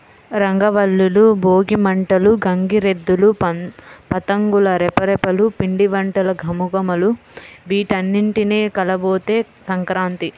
రంగవల్లులు, భోగి మంటలు, గంగిరెద్దులు, పతంగుల రెపరెపలు, పిండివంటల ఘుమఘుమలు వీటన్నింటి కలబోతే సంక్రాంతి